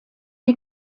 die